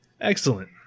Excellent